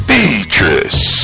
Beatrice